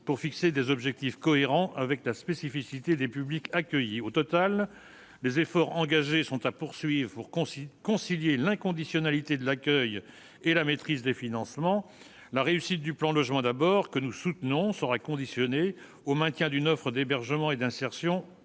pour fixer des objectifs cohérents avec la spécificité des publics accueillis au total des efforts engagés sont à poursuivent pour consigne concilier l'inconditionnalité de l'accueil et la maîtrise des financements, la réussite du plan logement d'abord que nous soutenons sera conditionné au maintien d'une offre d'hébergement et d'insertion